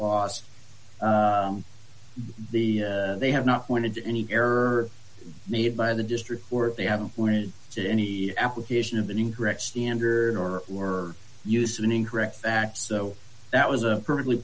lost the they have not pointed to any error made by the district or they haven't pointed to any application of an incorrect standard or or use an incorrect fact so that was a perfectly